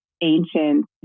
ancient